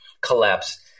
collapse